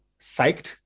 psyched